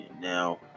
now